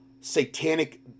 satanic